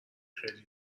خیلی